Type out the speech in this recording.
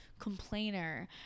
complainer